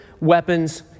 weapons